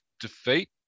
defeat